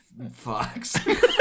fucks